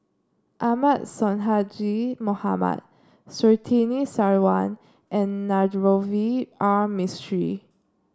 Ahmad Sonhadji Mohamad Surtini Sarwan and Navroji R Mistri